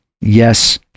yes